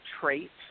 traits